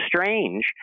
strange